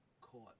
caught